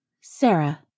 Sarah